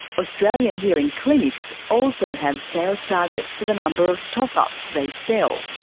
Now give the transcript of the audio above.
australian hearing clinics also have sales targets for the number of top-ups they sell.